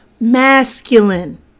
masculine